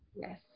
yes